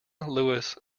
louis